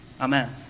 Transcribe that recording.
Amen